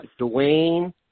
Dwayne